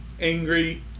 angry